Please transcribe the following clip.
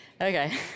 Okay